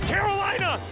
Carolina